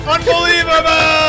Unbelievable